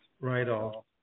write-off